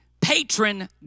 patron